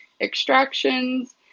extractions